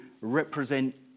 represent